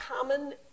common